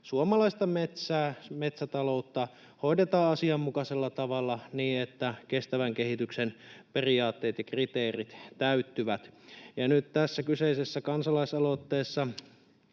suomalaista metsää, metsätaloutta hoidetaan asianmukaisella tavalla niin, että kestävän kehityksen periaatteet ja kriteerit täyttyvät. Nyt tässä kyseisessä kansalaisaloitteessa,